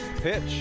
Pitch